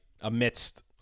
amidst